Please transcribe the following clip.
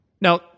now